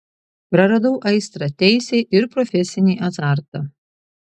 praradau aistrą teisei ir profesinį azartą